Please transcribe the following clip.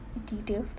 details